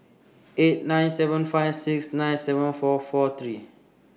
eight nine seven five six nine seven four four three